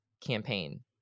campaign